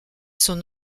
son